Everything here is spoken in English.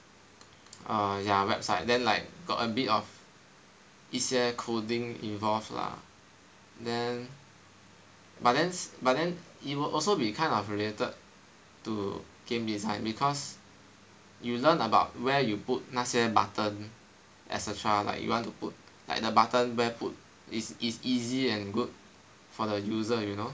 err ya website then like got a bit of 一些 coding involve lah then but then but then it will also be kind of related to game design because you learn about where you put 那些 button as a child like you want to put like the button where put is is easy and good for the user you know and